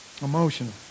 emotional